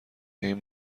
این